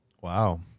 Wow